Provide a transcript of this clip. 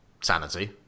Sanity